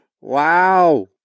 wow